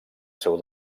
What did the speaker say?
seu